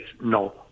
no